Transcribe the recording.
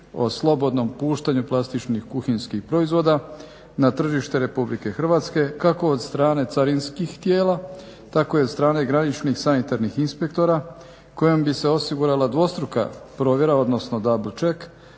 o slobodnom puštanju plastičnih kuhinjskih proizvoda na tržište RH kako od strane carinskih tijela tako i od strane graničnih sanitarnih inspektora kojom bi se osigurala dvostruka provjera, odnosno double check,